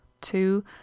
two